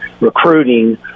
recruiting